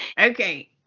Okay